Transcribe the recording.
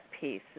piece